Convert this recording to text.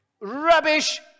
rubbish